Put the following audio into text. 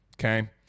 Okay